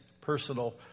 personal